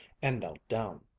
and knelt down.